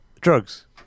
drugs